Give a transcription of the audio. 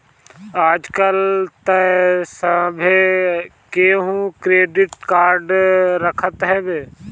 आजकल तअ सभे केहू क्रेडिट कार्ड रखत हवे